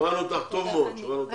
שמענו אותך טוב מאוד, תודה רבה.